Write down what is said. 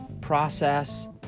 process